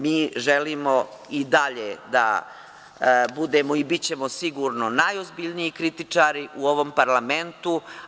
Mi želimo i dalje da budemo i bićemo sigurno najozbiljniji kritičari u ovom parlamentu.